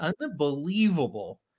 Unbelievable